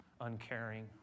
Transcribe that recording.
uncaring